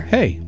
Hey